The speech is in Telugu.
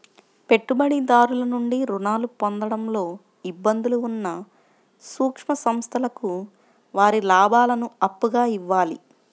పెట్టుబడిదారుల నుండి రుణాలు పొందడంలో ఇబ్బందులు ఉన్న సూక్ష్మ సంస్థలకు వారి లాభాలను అప్పుగా ఇవ్వాలి